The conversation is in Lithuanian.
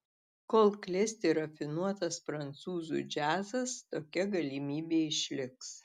kol klesti rafinuotas prancūzų džiazas tokia galimybė išliks